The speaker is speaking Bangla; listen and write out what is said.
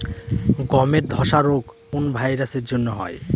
গমের ধসা রোগ কোন ভাইরাস এর জন্য হয়?